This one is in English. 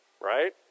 right